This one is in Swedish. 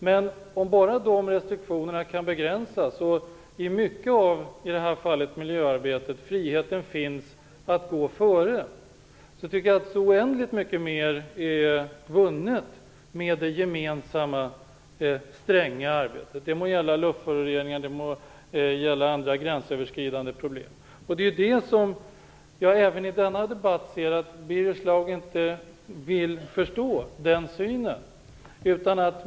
Men om bara de restriktionerna kan begränsas finns en frihet att gå före i mycket av miljöarbetet. Jag tycker att så oändligt mycket mer då är vunnet, med det gemensamma stränga arbetet. Det må gälla luftföroreningar och andra gränsöverskridande problem. Birger Schlaug vill inte heller i denna debatt förstå den synen.